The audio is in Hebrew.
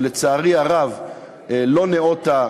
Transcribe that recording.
ולצערי הרב היא לא ניאותה,